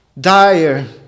dire